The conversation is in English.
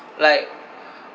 like